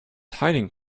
hiding